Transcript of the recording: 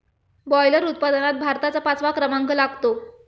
boiler उत्पादनात भारताचा पाचवा क्रमांक लागतो